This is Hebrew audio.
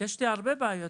יש לי הרבה בעיות.